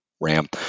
RAM